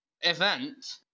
event